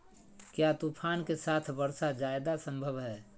क्या तूफ़ान के साथ वर्षा जायदा संभव है?